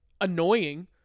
annoying